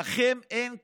לכם אין כסף,